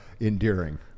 endearing